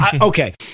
okay